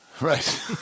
Right